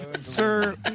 Sir